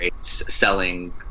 selling